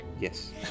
Yes